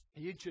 YouTube